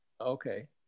Okay